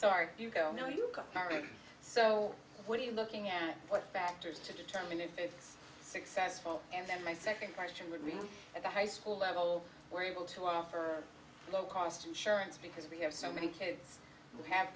it so what are you looking at what factors to determine if it's successful and then my second question would be at the high school level we're able to offer low cost insurance because we have so many kids who have